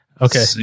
Okay